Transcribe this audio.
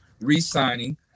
re-signing